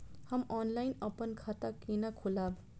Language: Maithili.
हम ऑनलाइन अपन खाता केना खोलाब?